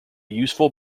useful